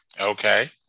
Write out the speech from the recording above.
Okay